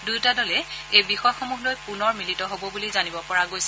দুয়োটা দলেই এই বিষয়সমূহ লৈ পুনৰ মিলিত হ'ব বুলি জানিব পৰা গৈছে